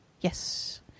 yes